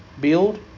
Build